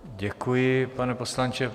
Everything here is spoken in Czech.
Děkuji, pane poslanče.